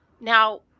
Now